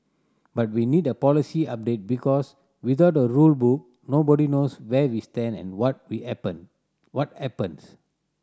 but we need a policy update because without a rule book nobody knows where we stand and what we happen what happens